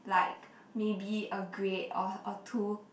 like maybe a grade or or two